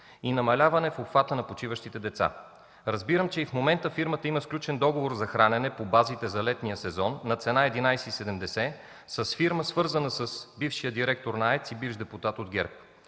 и намаляване обхвата на почиващите деца. Разбирам, че и в момента фирмата има сключен договор за хранене по базите за летния сезон на цена 11,70 лв. с фирма свързана с бившия директор на АЕЦ и бивш депутат на ГЕРБ.